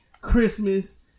Christmas